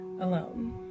alone